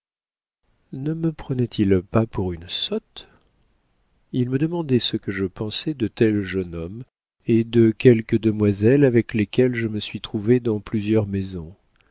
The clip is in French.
ne me prenait-il pas pour une sotte il me demandait ce que je pensais de tel jeune homme et de quelques demoiselles avec lesquels je me suis trouvée dans plusieurs maisons